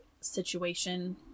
situation